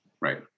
right